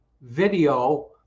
video